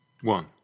One